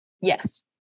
Yes